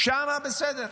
שם, בסדר.